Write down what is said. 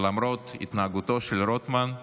ולמרות התנהגותו של רוטמן,